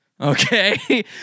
okay